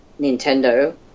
Nintendo